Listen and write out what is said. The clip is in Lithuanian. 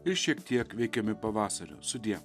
ir šiek tiek veikiami pavasario sudie